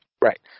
Right